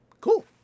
Cool